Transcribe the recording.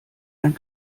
ein